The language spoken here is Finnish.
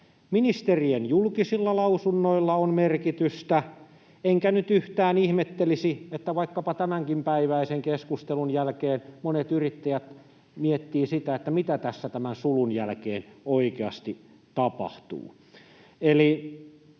Ministerien julkisilla lausunnoilla on merkitystä, enkä nyt yhtään ihmettelisi, vaikka tämänpäiväisenkin keskustelun jälkeen monet yrittäjät miettisivät sitä, mitä tässä tämän sulun jälkeen oikeasti tapahtuu.